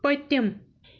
پٔتِم